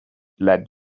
let